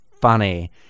funny